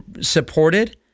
supported